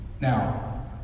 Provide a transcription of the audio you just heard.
Now